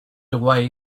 away